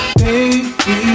baby